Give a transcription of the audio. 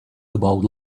about